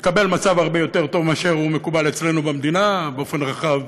התקבל מצב הרבה יותר טוב מאשר מקובל אצלנו במדינה באופן רחב,